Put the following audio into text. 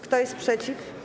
Kto jest przeciw?